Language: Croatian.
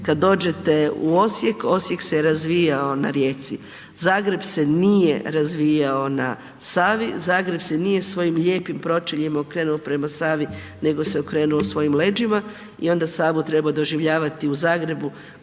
kad dođete u Osijek, Osijek se razvijao na rijeci, Zagreb se nije razvijao na Savi, Zagreb se nije svojim lijepim pročeljima okrenuo prema Savi nego se okrenuo svojim leđima i onda Savu treba doživljavati u Zagrebu